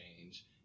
change